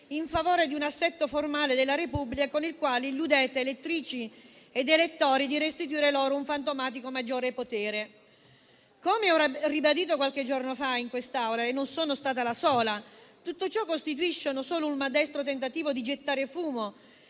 in favore di un assetto formale della Repubblica, con il quale illudete elettrici ed elettori di restituire loro un fantomatico maggiore potere. Come ho ribadito qualche giorno fa in quest'Aula - e non sono stata la sola - tutto ciò costituisce solo un maldestro tentativo di gettare fumo